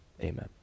amen